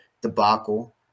debacle